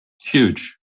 Huge